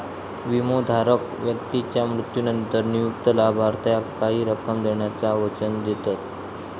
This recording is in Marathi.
विमोधारक व्यक्तीच्या मृत्यूनंतर नियुक्त लाभार्थाक काही रक्कम देण्याचा वचन देतत